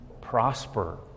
prosper